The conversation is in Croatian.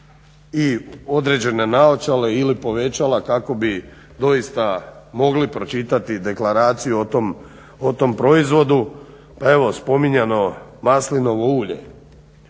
i određene naočale ili povećala kako bi doista mogli pročitati deklaraciju o tom proizvodu. Pa evo spominjano maslinovo ulje,